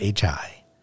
HI